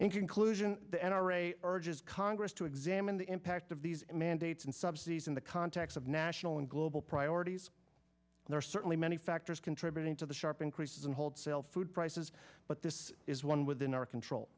conclusion the n r a urges congress to examine the impact of these mandates and subsidies in the context of national and global priorities are certainly many factors contributing to the sharp increase in hold sell food prices but this is one within our control